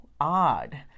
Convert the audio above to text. odd